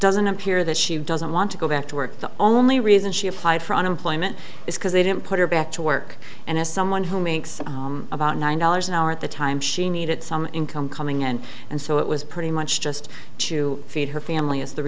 doesn't appear that she doesn't want to go back to work the only reason she applied for unemployment is because they didn't put her back to work and as someone who makes about nine dollars an hour at the time she needed some income coming in and so it was pretty much just to feed her family is the